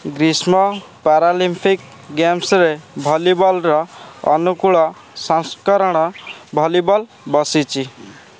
ଗ୍ରୀଷ୍ମ ପାରାଲିମ୍ପିକ୍ ଗେମ୍ସରେ ଭଲିବଲ୍ର ଅନୁକୂଳ ସଂସ୍କରଣ ଭଲିବଲ୍ ବସିଛି